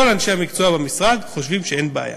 כל אנשי המקצוע במשרד חושבים שאין בעיה.